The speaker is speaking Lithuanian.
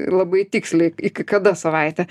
labai tiksliai iki kada savaitė